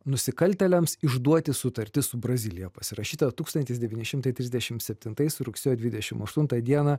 nusikaltėliams išduoti sutartis su brazilija pasirašyta tūkstantis devyni šimtai trisdešim septintais rugsėjo dvidešim aštuntą dieną